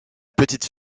petite